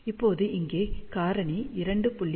இப்போது இங்கே காரணி 2